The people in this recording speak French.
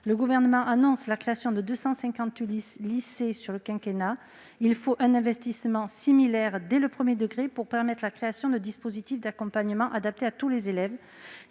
Le Gouvernement annonce la création de 250 ULIS en lycée sur le quinquennat. Il faut un investissement similaire dès le premier degré pour permettre la création de dispositifs d'accompagnement adaptés à tous les élèves.